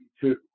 two